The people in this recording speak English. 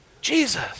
Jesus